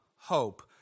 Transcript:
hope